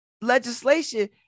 legislation